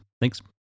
Thanks